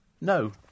no